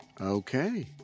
Okay